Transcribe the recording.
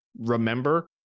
Remember